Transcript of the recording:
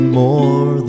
more